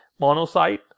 monocyte